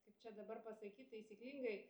kaip čia dabar pasakyt taisyklingai